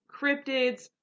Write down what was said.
cryptids